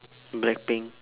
blackpink